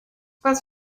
was